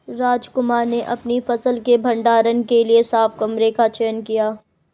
रामकुमार ने अपनी फसल के भंडारण के लिए साफ कमरे का चयन किया